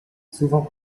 souvent